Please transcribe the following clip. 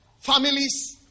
families